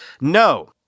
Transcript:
No